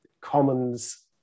commons